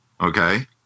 okay